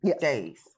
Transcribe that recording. days